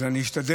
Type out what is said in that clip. אז אני אשתדל.